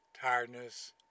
tiredness